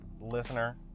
listener